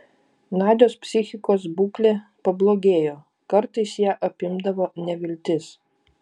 nadios psichikos būklė pablogėjo kartais ją apimdavo neviltis